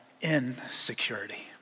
insecurity